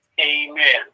Amen